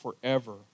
forever